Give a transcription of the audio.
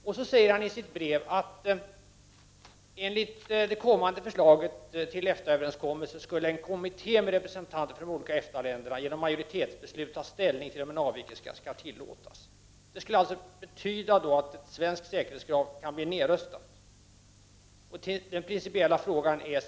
Vidare säger han i sitt brev: ”Enligt det kommande förslaget till EFTA-överenskommelse skulle en kommitté med representanter för de olika EFTA-länderna genom majoritetsbeslut ta ställning till om en avvikelse skall tillåtas.” Det skulle betyda att ett svenskt säkerhetskrav skulle kunna bli nedrustat. ”Den principiella frågan är därför”.